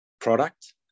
product